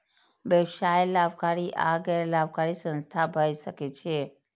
व्यवसाय लाभकारी आ गैर लाभकारी संस्था भए सकै छै